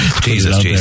Jesus